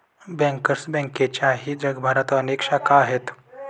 bankers बँकेच्याही जगभरात अनेक शाखा आहेत